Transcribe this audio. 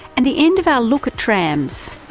and the end of our look at trams.